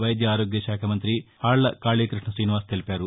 వైద్య ఆరోగ్య శాఖ మంతి ఆళ్ళ కాళీకృష్ణ త్రీనివాస్ తెలిపారు